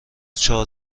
چهار